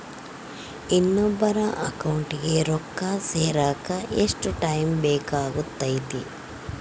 ಇನ್ನೊಬ್ಬರ ಅಕೌಂಟಿಗೆ ರೊಕ್ಕ ಸೇರಕ ಎಷ್ಟು ಟೈಮ್ ಬೇಕಾಗುತೈತಿ?